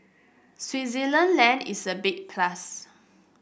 Switzerland land is a big plus